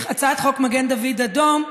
הצעת חוק מגן דוד אדום,